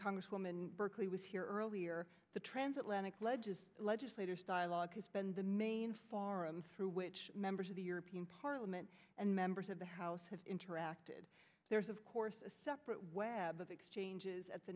congresswoman berkley was here earlier the transatlantic pledges legislators dialogue has been the main forum through which members of the european parliament and members of the house have interacted there's of course a separate web of exchanges at the